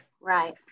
Right